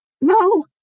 No